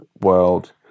world